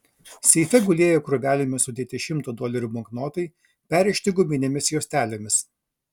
seife gulėjo krūvelėmis sudėti šimto dolerių banknotai perrišti guminėmis juostelėmis